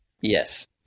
Yes